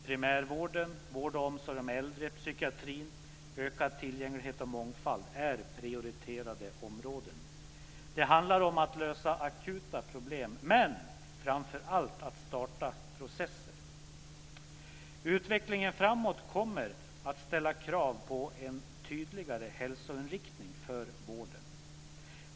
Primärvården, vård och omsorg om äldre, psykiatrin och ökad tillgänglighet och mångfald är prioriterade områden. Det handlar om att lösa akuta problem, men framför allt att starta processer. Utvecklingen framåt kommer att ställa krav på en tydligare hälsoinriktning för vården.